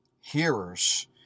hearers